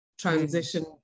transition